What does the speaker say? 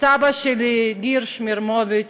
וסבא שלי, הירש מירמוביץ,